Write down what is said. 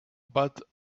but